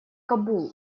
кабул